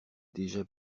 déjà